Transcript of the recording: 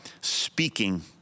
speaking